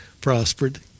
prospered